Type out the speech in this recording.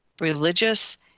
religious